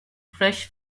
fresh